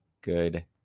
Good